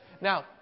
Now